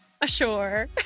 Ashore